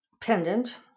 pendant